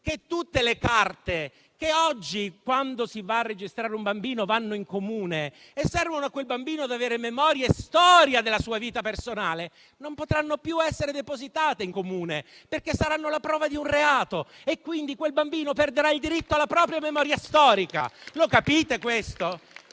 Tutte le carte che oggi, quando si va a registrare un bambino, si portano in Comune e servono a quel bambino ad avere memoria storica della sua vita personale, non potranno più essere depositate, perché saranno la prova di un reato. Quindi, quel bambino perderà il diritto alla propria memoria storica. Lo capite questo?